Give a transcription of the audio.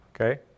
okay